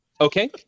okay